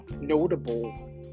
notable